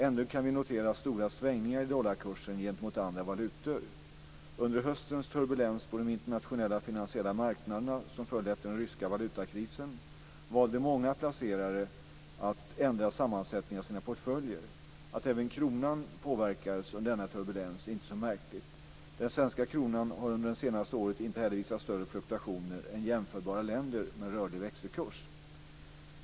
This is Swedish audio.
Ändå kan vi notera stora svängningar i dollarkursen gentemot andra valutor. Under höstens turbulens på de internationella finansiella marknaderna som följde efter den ryska valutakrisen valde många placerare att ändra sammansättningen av sina portföljer. Att även kronan påverkades under denna turbulens är inte så märkligt. Den svenska kronan har under det senaste året inte heller visat större fluktuationer än i jämförbara länder med rörlig växelkurs.